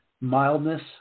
mildness